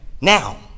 Now